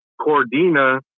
Cordina